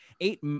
eight